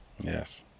Yes